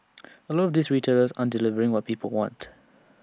A lot of these retailers aren't delivering what people want